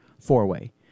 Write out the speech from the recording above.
Four-way